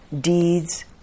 deeds